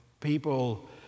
people